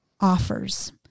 offers